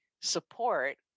support